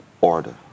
order